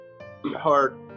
hard